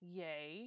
yay